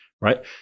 right